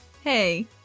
Hey